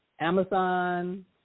Amazon